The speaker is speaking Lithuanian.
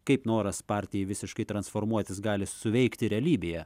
kaip noras partijai visiškai transformuotis gali suveikti realybėje